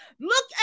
Look